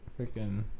freaking